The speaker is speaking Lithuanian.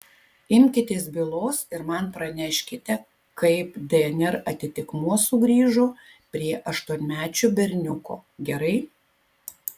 imkitės bylos ir man praneškite kaip dnr atitikmuo sugrįžo prie aštuonmečio berniuko gerai